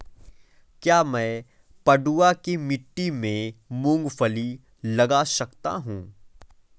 क्या मैं पडुआ की मिट्टी में मूँगफली लगा सकता हूँ?